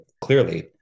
clearly